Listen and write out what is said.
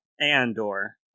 Andor